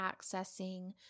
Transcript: accessing